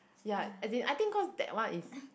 ya as in I think cause that one is